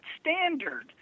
standard